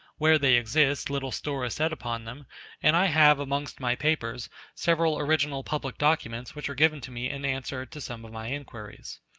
where they exist, little store is set upon them and i have amongst my papers several original public documents which were given to me in answer to some of my inquiries.